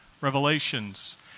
Revelations